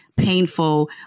painful